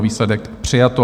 Výsledek: přijato.